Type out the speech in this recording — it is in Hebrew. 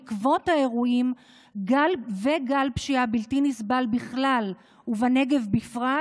בעקבות האירועים וגל פשיעה בלתי נסבל בכלל ובנגב בפרט,